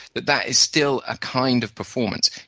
but that is still a kind of performance.